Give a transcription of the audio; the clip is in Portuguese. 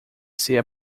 ser